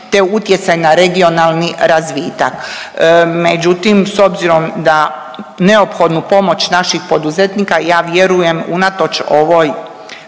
te utjecaj na regionalni razvitak. Međutim, s obzirom da neophodnu pomoć naših poduzetnika ja vjerujem unatoč ovom